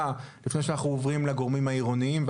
לפני שאנחנו עוברים לגורמים העירוניים.